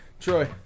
Troy